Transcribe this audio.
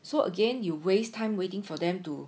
so again you waste time waiting for them to